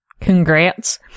Congrats